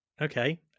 Okay